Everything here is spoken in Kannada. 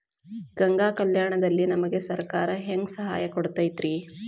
ಗಂಗಾ ಕಲ್ಯಾಣ ದಲ್ಲಿ ನಮಗೆ ಸರಕಾರ ಹೆಂಗ್ ಸಹಾಯ ಕೊಡುತೈತ್ರಿ?